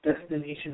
Destination